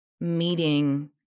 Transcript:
meeting